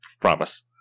promise